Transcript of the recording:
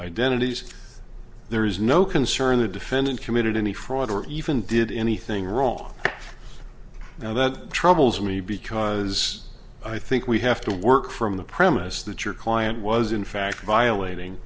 identities there is no concern the defendant committed any fraud or even did anything wrong now that troubles me because i think we have to work from the premise that your client was in fact